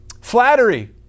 flattery